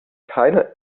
keine